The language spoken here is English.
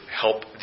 help